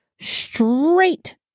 straight